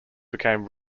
became